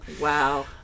Wow